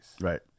Right